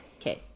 Okay